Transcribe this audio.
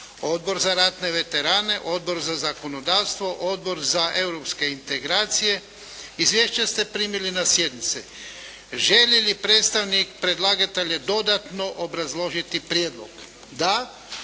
Odbor za ratne veterane, Odbor za zakonodavstvo, Odbor za Europske integracije. Izvješća ste primili na sjednici. Želi li predstavnik predlagatelja dodatno obrazložiti prijedlog? Da.